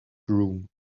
groom